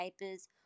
papers